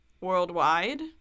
worldwide